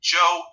Joe